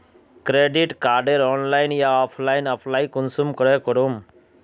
Credit कार्डेर online या offline apply कुंसम करे करूम?